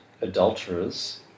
adulterers